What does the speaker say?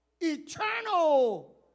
Eternal